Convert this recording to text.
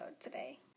today